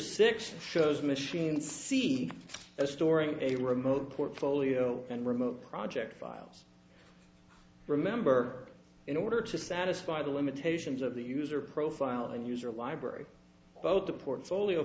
six shows machine seen as storing a remote portfolio and remote project files remember in order to satisfy the limitations of the user profile and user library both the portfolio